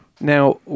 Now